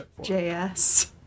JS